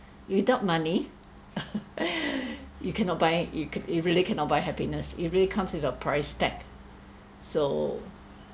without money you cannot buy you ca~ you really cannot buy happiness it really comes with a price tag so